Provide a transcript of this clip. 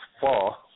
fall